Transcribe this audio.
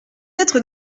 être